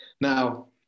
now